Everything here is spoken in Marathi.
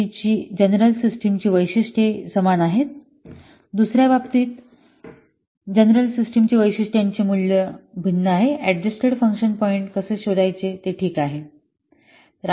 तर आपण जीएससीची जनरल सिस्टिम ची वैशीष्ट्ये समान आहेत दुसर्या बाबतीत जनरल सिस्टिम वैशिष्ट्यांचे मूल्य भिन्न आहे अडजस्टेड फंक्शन पॉईंट्स कसे शोधायचे ते ठीक आहे